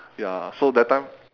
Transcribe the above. ya so that time